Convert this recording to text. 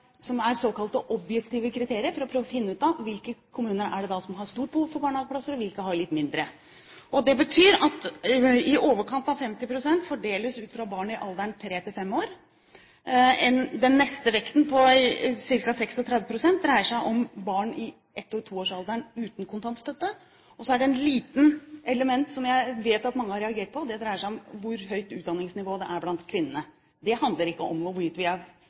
objektive kriterier, for å prøve å finne ut av hvilke kommuner som har et stort behov for barnehageplasser, og hvilke som har et litt mindre. Det betyr at i overkant av 50 pst. fordeles på barn i alderen 3–5 år. Den neste vekten, på ca. 36 pst., dreier seg om barn i 1–2-årsalderen uten kontantstøtte. Og så er det et lite element som jeg vet mange har reagert på. Det dreier seg om hvor høyt utdanningsnivået blant kvinnene er. Det handler ikke om hvorvidt vi er